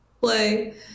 play